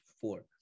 four